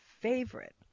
favorite